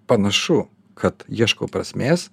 panašu kad ieškau prasmės